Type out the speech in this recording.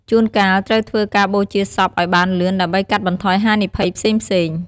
ជួនកាលត្រូវធ្វើការបូជាសពឲ្យបានលឿន ដើម្បីកាត់បន្ថយហានិភ័យផ្សេងៗ។